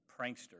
prankster